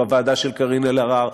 בוועדה של קארין אלהרר,